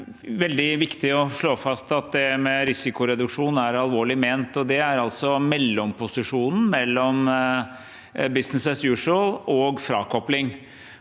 veldig viktig å slå fast at dette med risikoreduksjon er alvorlig ment, og det er altså mellomposisjonen mellom «business as usual» og frakopling.